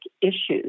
issues